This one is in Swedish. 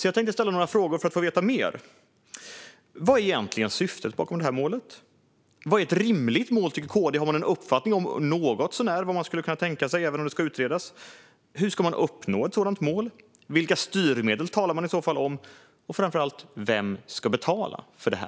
Jag tänker ställa några frågor för att få veta mer: Vad är egentligen syftet med det här målet? Vad är ett rimligt mål, tycker KD? Har man en uppfattning om vad man skulle kunna tänka sig, även om det ska utredas? Hur ska man uppnå ett sådant mål? Vilka styrmedel talar man i så fall om? Och framför allt: Vem ska betala för detta?